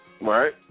Right